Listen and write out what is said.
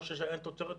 או שאין תוצרת בכלל,